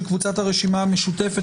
לסעיף 16 הסתייגות של קבוצת הרשימה המשותפת,